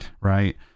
Right